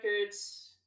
Records